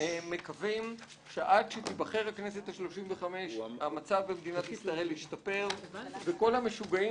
מקווים שעד שתיבחר הכנסת ה-35 המצב במדינת ישראל ישתפר וכל המשוגעים